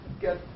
get